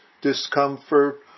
discomfort